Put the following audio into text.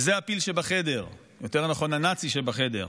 וזה הפיל שבחדר, יותר נכון, הנאצי שבחדר,